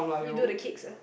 you do the kicks eh